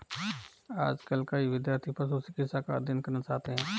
आजकल कई विद्यार्थी पशु चिकित्सा का अध्ययन करना चाहते हैं